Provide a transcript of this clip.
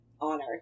honor